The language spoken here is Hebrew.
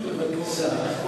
בבקשה.